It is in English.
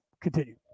continue